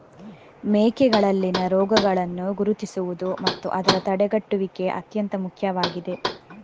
ಮೇಕೆಗಳಲ್ಲಿನ ರೋಗಗಳನ್ನು ಗುರುತಿಸುವುದು ಮತ್ತು ಅದರ ತಡೆಗಟ್ಟುವಿಕೆ ಅತ್ಯಂತ ಮುಖ್ಯವಾಗಿದೆ